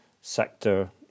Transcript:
sector